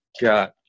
Got